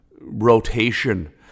rotation